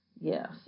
Yes